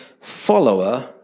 follower